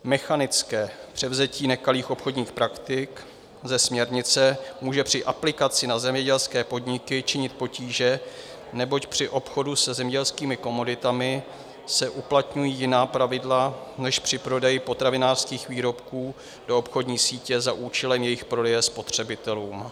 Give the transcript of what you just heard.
Mechanické převzetí nekalých obchodních praktik ze směrnice může při aplikaci na zemědělské podniky činit potíže, neboť při obchodu se zemědělskými komoditami se uplatňují jiná pravidla než při prodeji potravinářských výrobků do obchodní sítě za účelem jejich prodeje spotřebitelům.